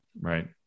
Right